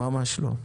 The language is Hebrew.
ממש לא.